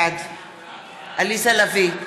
בעד עליזה לביא,